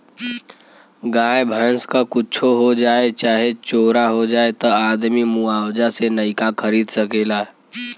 गाय भैंस क कुच्छो हो जाए चाहे चोरा जाए त आदमी मुआवजा से नइका खरीद सकेला